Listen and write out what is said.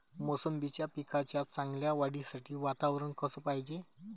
मोसंबीच्या पिकाच्या चांगल्या वाढीसाठी वातावरन कस पायजे?